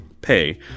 pay